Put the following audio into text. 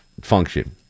function